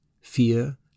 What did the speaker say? fear